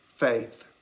faith